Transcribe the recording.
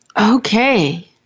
Okay